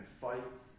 fights